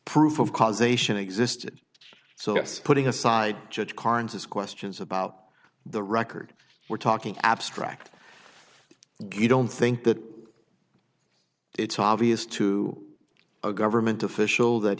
proof of causation existed so that's putting aside judge carnes as questions about the record we're talking abstract you don't think that it's obvious to a government official that